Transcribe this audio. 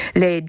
le